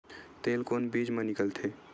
तेल कोन बीज मा निकलथे?